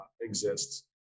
exists